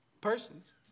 Persons